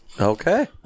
Okay